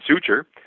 suture